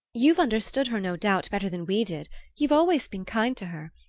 you've understood her, no doubt, better than we did you've always been kind to her.